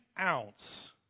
ounce